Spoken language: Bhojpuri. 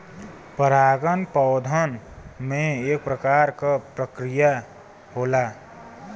परागन पौधन में एक प्रकार क प्रक्रिया होला